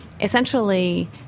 essentially